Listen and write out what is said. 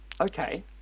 Okay